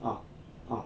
ah ah